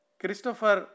Christopher